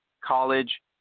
College